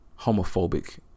homophobic